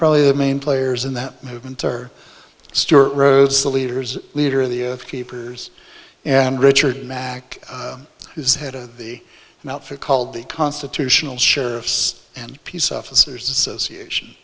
probably the main players in that movement or stuart rose the leaders leader of the if keepers and richard mack who's head of the outfit called the constitutional sheriffs and peace officers association